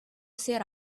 sit